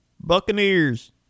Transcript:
Buccaneers